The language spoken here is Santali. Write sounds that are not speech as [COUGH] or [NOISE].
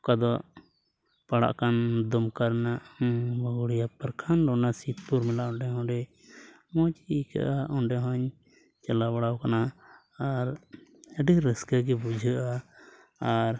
ᱚᱠᱟ ᱫᱚ ᱯᱟᱲᱟᱜ ᱠᱟᱱ ᱫᱩᱢᱠᱟ ᱨᱮᱱᱟᱜ [UNINTELLIGIBLE] ᱯᱨᱚᱠᱷᱚᱸᱰ ᱚᱱᱟ ᱥᱤᱵᱽᱯᱩᱨ ᱢᱮᱱᱟᱜᱼᱟ ᱚᱸᱰᱮ ᱦᱚᱸ ᱚᱸᱰᱮ ᱢᱚᱡᱽ ᱜᱮ ᱟᱹᱭᱠᱟᱹᱜᱼᱟ ᱚᱸᱰᱮ ᱦᱚᱧ ᱪᱟᱞᱟᱣ ᱵᱟᱲᱟᱣ ᱠᱟᱱᱟ ᱟᱨ ᱟᱹᱰᱤ ᱨᱟᱹᱥᱠᱟᱹ ᱜᱮ ᱵᱩᱡᱷᱟᱹᱜᱼᱟ ᱟᱨ